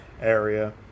area